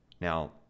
Now